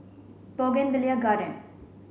Bougainvillea Garden